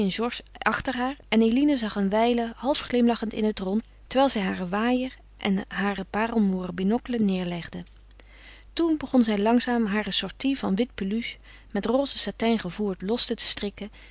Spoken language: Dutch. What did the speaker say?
achter haar en eline zag een wijle half glimlachend in het rond terwijl zij haren waaier en haren parelmoeren binocle neêrlegde toen begon zij langzaam hare sortie van wit peluche met roze satijn gevoerd los te strikken